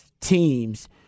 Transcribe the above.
teams